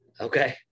Okay